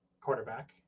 quarterback